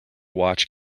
watch